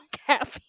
happy